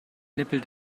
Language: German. nippel